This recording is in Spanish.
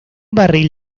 barril